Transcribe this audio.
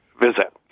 visit